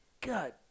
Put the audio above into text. God